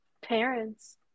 parents